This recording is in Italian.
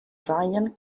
ryan